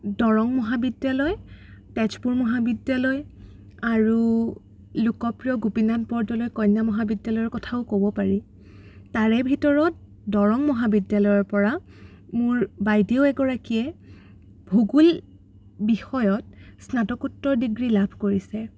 দৰং মহাবিদ্যালয় তেজপুৰ মহাবিদ্যালয় আৰু লোকপ্ৰিয় গোপীনাথ বৰদলৈ কন্যা মহাবিদ্যালয়ৰ কথাও ক'ব পাৰি তাৰে ভিতৰত দৰং মহাবিদ্যালয়ৰপৰা মোৰ বাইদেউ এগৰাকীয়ে ভূগোল বিষয়ত স্নাতকোত্তৰ ডিগ্ৰী লাভ কৰিছে